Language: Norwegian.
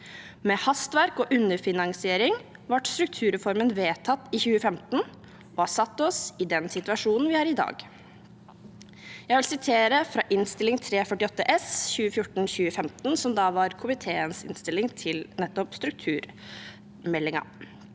Med hastverk og underfinansiering ble strukturreformen vedtatt i 2015, og har satt oss i den situasjonen vi er i i dag. Jeg vil sitere fra innstilling 348 S for 2014–2015, som da var komiteens innstilling til nettopp strukturmeldingen: